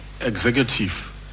executive